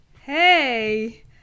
Hey